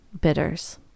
bitters